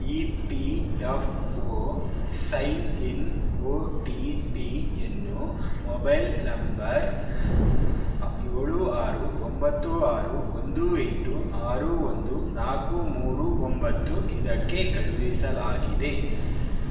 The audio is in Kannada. E P F O sign in O T ಪಿಯನ್ನು ಮೊಬೈಲ್ ನಂಬರ್ ಏಳು ಆರು ಒಂಬತ್ತು ಆರು ಒಂದು ಎಂಟು ಆರು ಒಂದು ನಾಲ್ಕು ಮೂರು ಒಂಬತ್ತು ಇದಕ್ಕೆ ಕಳುಹಿಸಲಾಗಿದೆ